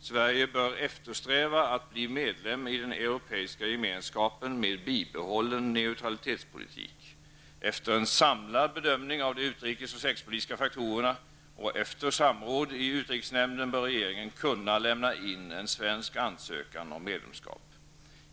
''Sverige eftersträva att bli medlem i den Europeiska gemenskapen med bibehållen neutralitetspolitik. -- Efter en samlad bedömning av de utrikes och säkerhetspolitiska faktorerna och efter samråd i utrikesnämnden bör regeringen kunna lämna in en svensk ansökan om medlemskap.